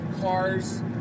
cars